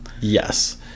Yes